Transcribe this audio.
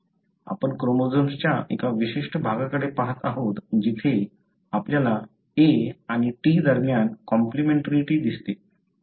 आपण क्रोमोझोम्सच्या एका विशिष्ट भागाकडे पहात आहोत जिथे आपल्याला A आणि T दरम्यान कॉम्प्लिमेंटरीटी दिसत आहे